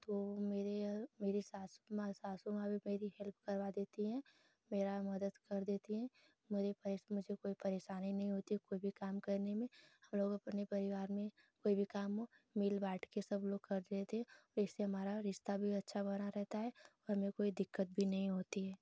तो मेरे या मेरे सासु माँ सासु माँ भी मेरी हेल्प करवा देती हैं मेरी मदद कर देती हैं मुझे परेश मुझे कोई परेशानी नहीं होती है कोई भी काम करने में हमलोग अपने परिवार में कोई भी काम मिल बाँटकर सबलोग कर रहे थे इससे हमारा रिश्ता भी अच्छा बना रहता है और हमें कोई दिक्कत भी नहीं होती है